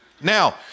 Now